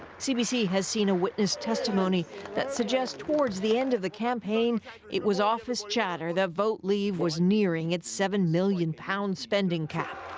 cbc has seen a witness testimony that suggests towards the end of the campaign it was office chatter that vote leave was nearing its seven million pounds spending cap,